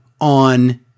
on